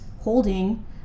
holding